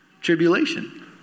tribulation